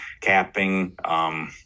capping